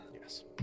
yes